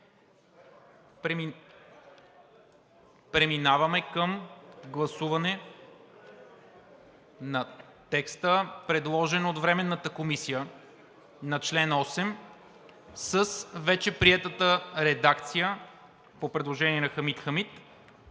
Преминаваме към гласуване на текста, предложен от Временната комисия на чл. 8, с вече приетата редакция по предложение на Хамид Хамид